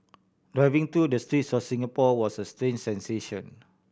driving through the streets the Singapore was a strange sensation